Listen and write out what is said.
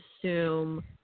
assume